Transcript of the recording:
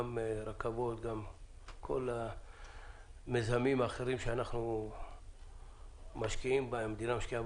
גם רכבות וגם כל המיזמים האחרים שהמדינה משקיעה